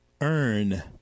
earn